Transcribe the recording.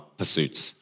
pursuits